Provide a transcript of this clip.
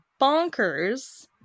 bonkers